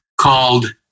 called